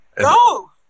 Go